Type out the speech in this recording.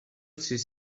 sis